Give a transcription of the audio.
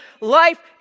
Life